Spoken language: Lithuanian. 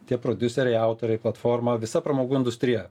tie prodiuseriai autoriai platforma visa pramogų industrija